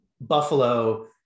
Buffalo